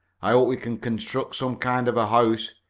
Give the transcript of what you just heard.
i hope we can construct some kind of a house.